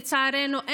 לצערנו,